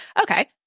Okay